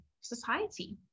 society